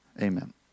Amen